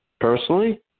personally